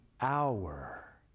hour